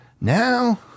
Now